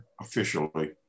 officially